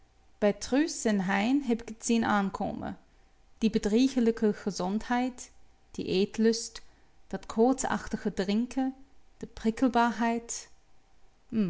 en hein heb ik t zien aankomen die bedriegelijke gezondheid die eetlust dat koortsachtige drinken die prikkelbaarheid